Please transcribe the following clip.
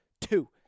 Two